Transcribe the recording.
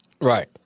Right